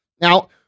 Now